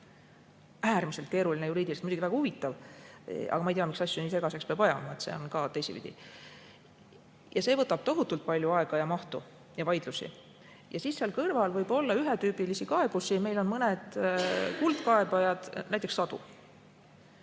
äärmiselt keeruline, juriidiliselt muidugi väga huvitav, aga ma ei tea, miks asju nii segaseks peab ajama, see võtab ka tohutult palju aega, mahtu ja vaidlusi. Ja siis teisel pool võib olla ühetüübilisi kaebusi – meil on mõned kuldkaebajad – näiteks sadu.